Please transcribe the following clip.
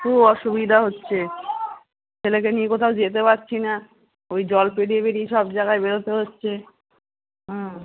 খুব অসুবিধা হচ্ছে ছেলেকে নিয়ে কোথাও যেতে পারছি না ওই জল পেরিয়ে পেরিয়ে সব জায়গায় বেরোতে হচ্ছে হুম